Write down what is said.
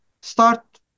Start